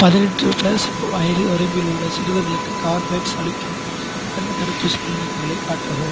பதினெட்டு பிளஸ் வயது வரம்பில் உள்ள சிறுவர்களுக்கு கார்பவேக்ஸ் அளிக்கும் கட்டணத் தடுப்பூசி கிளினிக்குகளை காட்டவும்